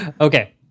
okay